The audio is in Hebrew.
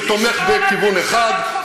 שתומך בכיוון אחד,